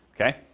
okay